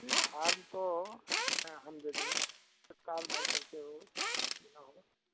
नई फार्म तो हम दे देंगे तत्काल भरकर के वो देना होगा